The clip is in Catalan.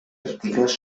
articles